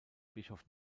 bischof